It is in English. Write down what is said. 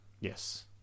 Yes